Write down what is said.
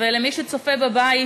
למי שצופה בבית,